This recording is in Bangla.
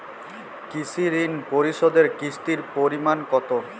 কৃষি ঋণ পরিশোধের কিস্তির পরিমাণ কতো?